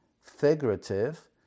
figurative